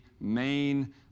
main